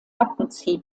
mackenzie